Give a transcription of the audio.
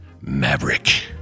Maverick